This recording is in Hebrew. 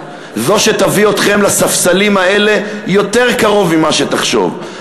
זו שתביא אתכם לספסלים האלה יותר מהר ממה שתחשוב,